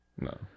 no